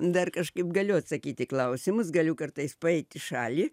dar kažkaip galiu atsakyt į klausimus galiu kartais paeit į šalį